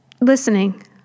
Listening